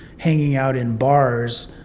hanging out in bars,